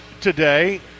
today